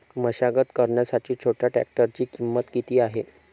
मशागत करण्यासाठी छोट्या ट्रॅक्टरची किंमत किती आहे?